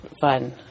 fun